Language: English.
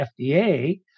FDA